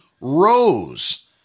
rose